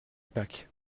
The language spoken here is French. pâques